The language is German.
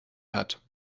hat